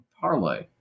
parlay